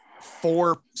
four